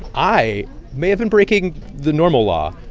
i may have been breaking the normal law,